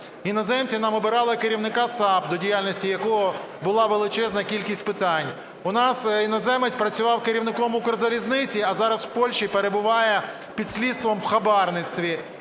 іноземці нам обирали керівника САП, до діяльності якого була величезна кількість питань; у нас іноземець працював керівником Укрзалізниці, а зараз у Польщі перебуває під слідством у хабарництві